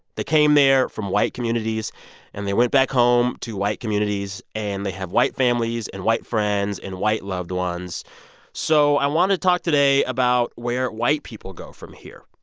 they came there from white communities and they went back home to white communities. and they have white families and white friends and white loved ones so i want to talk today about where white people go from here.